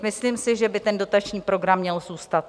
Myslím si, že by ten dotační program měl zůstat.